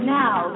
now